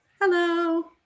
Hello